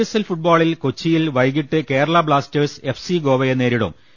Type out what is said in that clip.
I S L ഫുട്ബോളിൽ കൊച്ചിയിൽ വൈകീട്ട് കേരള ബ്ലാസ്റ്റേഴ്സ് എഫ് സി ഗോവയെ നേരിടും